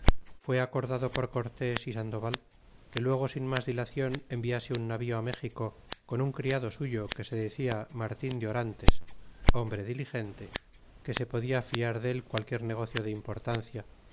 fué acordado por cortés é sandoval que luego sin mas dilacion enviase un navío méxico con un criado suyo que se decía martin de orantes hombre diligente que se podia fiar dél qualquier negocio de importancia